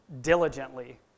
diligently